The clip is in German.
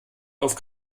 auf